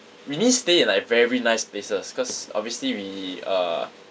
we didn't stay in like very nice places because obviously we uh